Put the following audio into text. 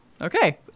okay